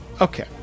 Okay